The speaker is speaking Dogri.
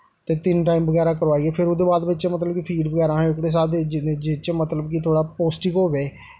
ते तिन्न टाईम बगैरा करोआइयै ते फिर ओह्दे बाद बिच्च मतलब कि असें फीड बगैरा अपने ओह्कड़े स्हाब कन्नै जियां मतलब कि थोह्ड़ा पोश्टिक होऐ